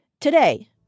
today